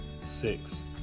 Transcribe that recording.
six